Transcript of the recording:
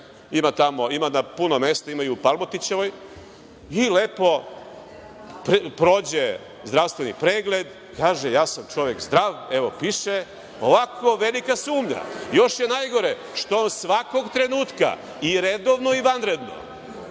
službe, ima na puno mesta, ima i u Palmotićevoj, i lepo prođe zdravstveni pregled, kaže, ja sam čovek zdrav, evo, piše. Ovako, ostaje velika sumnja. Još je najgore što on svakog trenutka, i redovno i vanredno,